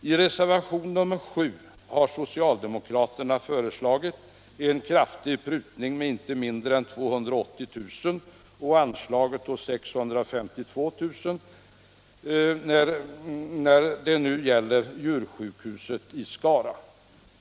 I reservationen 7 har socialdemokraterna föreslagit en kraftig prutning, inte mindre än 280 000 kr., på det föreslagna anslaget om 652 000 kr. till djursjukhuset i Skara.